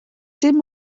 dim